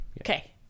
okay